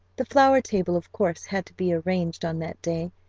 the flower table, of course had to be arranged on that day,